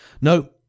no